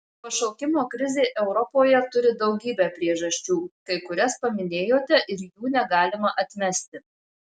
pašaukimo krizė europoje turi daugybę priežasčių kai kurias paminėjote ir jų negalima atmesti